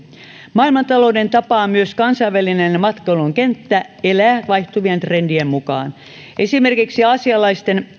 maailmantalouden tapaan myös kansainvälinen matkailukenttä elää vaihtuvien trendien mukaan esimerkiksi aasialaisten